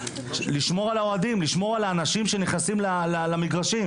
אנחנו צריכים לשמור על האוהדים ועל האנשים שנכנסים למגרשים.